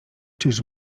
czyż